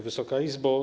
Wysoka Izbo!